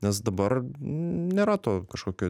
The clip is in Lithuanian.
nes dabar nėra to kažkokio